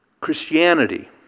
Christianity